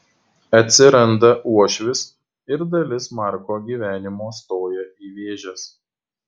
atsiranda uošvis ir dalis marko gyvenimo stoja į vėžes